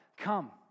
Come